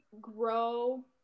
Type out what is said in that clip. grow